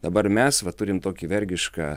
dabar mes va turim tokį vergišką